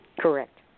Correct